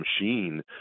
machine